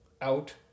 out